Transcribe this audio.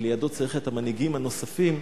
כי לידו צריך את המנהיגים הנוספים.